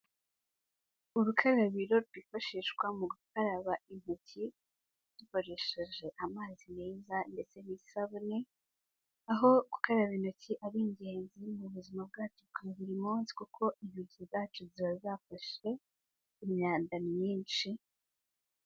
Urukarabiro rwifashishwa mu gukaraba intoki dukoresheje amazi meza ndetse n'isabune, aho gukaraba intoki ari ingenzi mu buzima bwacu bwa buri munsi kuko intoki zacu ziba zafashe imyanda myinshi.